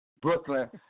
Brooklyn